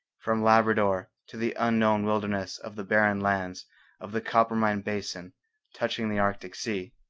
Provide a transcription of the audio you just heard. from labrador to the unknown wilderness of the barren lands of the coppermine basin touching the arctic sea.